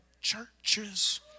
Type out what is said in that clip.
churches